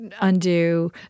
undo